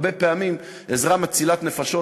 הרבה פעמים עזרה מצילת נפשות.